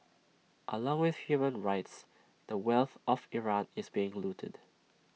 along with human rights the wealth of Iran is being looted